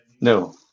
No